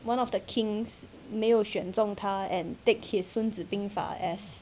one of the king's 没有选中他 and take his 孙子兵法 as